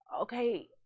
okay